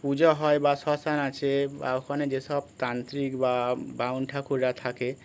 পূজো হয় বা শ্মশান আছে বা ওখানে যেসব তাান্ত্রিক বা বাউল ঠাকুররা থাকে